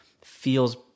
feels